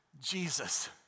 Jesus